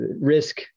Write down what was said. risk